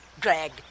Greg